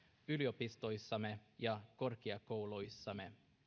yliopistoissamme ja korkeakouluissamme